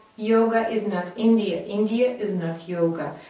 yoga is not india. india is not yoga.